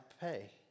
pay